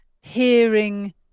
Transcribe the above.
hearing